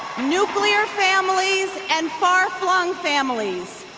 nuclear families and far-flung families,